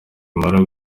umara